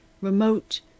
remote